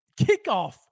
kickoff